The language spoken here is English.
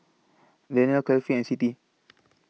Daniel Kefli and Siti